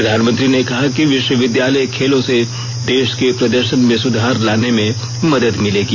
प्रधानमंत्री ने कहा कि विश्वविद्यालय खेलों से देश के प्रदर्शन में सुधार लाने में मदद मिलेगी